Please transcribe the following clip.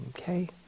Okay